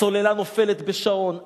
הסוללה נופלת בשאון,